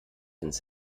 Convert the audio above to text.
ins